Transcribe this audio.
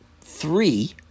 three